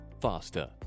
faster